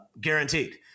guaranteed